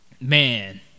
man